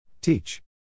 Teach